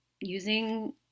using